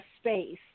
space